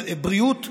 אבל בריאות ורווחה,